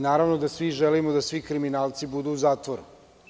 Naravno, svi želimo da svi kriminalci budu u zatvoru.